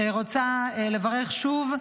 רוצה לברך שוב.